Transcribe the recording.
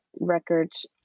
records